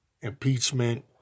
impeachment